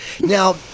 Now